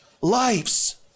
lives